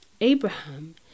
Abraham